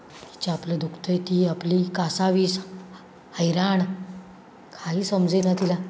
हिच्या आपलं दुखतं आहे ती आपली कासावीस हैराण काही समजेना तिला